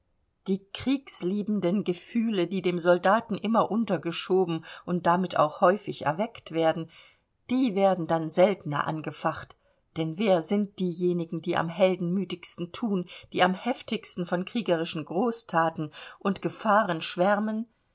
die kriegsliebenden gefühle die dem soldaten immer untergeschoben und damit auch häufig erweckt werden die werden dann seltener angefacht denn wer sind diejenigen die am heldenmütigsten thun die am heftigsten von kriegerischen großthaten und gefahren schwärmen